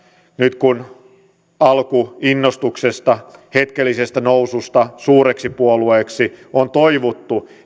nyt kun alkuinnostuksesta hetkellisestä noususta suureksi puolueeksi on toivuttu